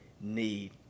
need